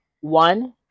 one